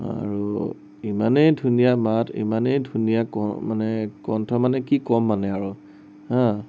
আৰু ইমানেই ধুনীয়া মাত ইমানেই ধুনীয়া ক মানে কণ্ঠ মানে কি কম মানে আৰু হা